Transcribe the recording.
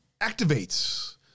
activates